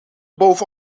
boven